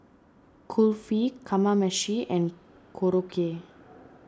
Kulfi Kamameshi and Korokke